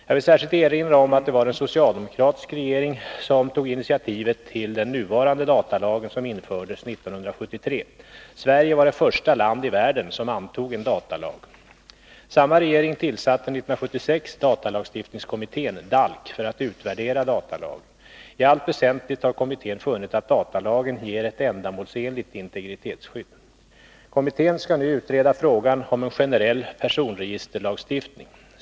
Jag vill särskilt erinra om att det var en socialdemokratisk regering som tog initiativet till den nuvarande datalagen som infördes 1973. Sverige var det första land i världen som antog en datalag. Samma regering tillsatte 1976 datalagstiftningskommittén, DALK, för att utvärdera datalagen. I allt väsentligt har kommittén funnit att datalagen ger ett ändamålsenligt integritetsskydd. Kommittén skall nu utreda frågan om en generell personregisterlagstiftning.